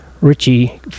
richie